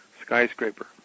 skyscraper